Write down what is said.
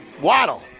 Waddle